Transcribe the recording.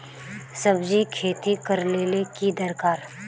सब्जी खेती करले ले की दरकार?